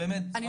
קיים,